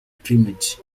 primates